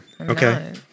Okay